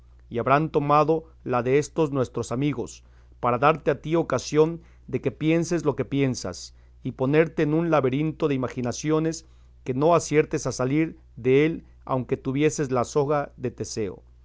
y habrán tomado las destos nuestros amigos para darte a ti ocasión de que pienses lo que piensas y ponerte en un laberinto de imaginaciones que no aciertes a salir dél aunque tuvieses la soga de teseo